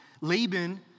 Laban